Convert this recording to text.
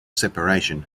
separation